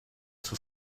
for